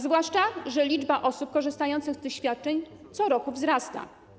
Zwłaszcza że liczba osób korzystających z tych świadczeń co roku wzrasta.